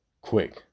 quick